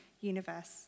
universe